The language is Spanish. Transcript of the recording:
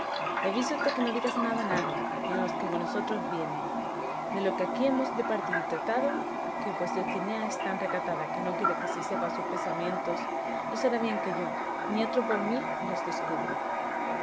avísote que no digas nada a nadie ni a los que con nosotros vienen de lo que aquí hemos departido y tratado que pues dulcinea es tan recatada que no quiere que se sepan sus pensamientos no será bien que yo ni otro por mí los descubra